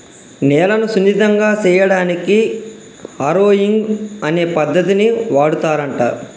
నేలను సున్నితంగా సేయడానికి హారొయింగ్ అనే పద్దతిని వాడుతారంట